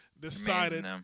decided